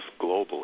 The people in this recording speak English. globally